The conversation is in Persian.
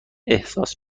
احساس